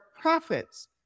profits